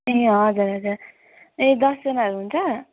ए हजुर हजुर ए दसजनाहरू हुन्छ